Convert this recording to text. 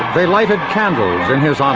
they lighted candles in his honour.